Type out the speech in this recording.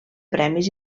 premis